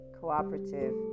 cooperative